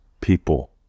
people